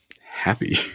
happy